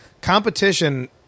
competition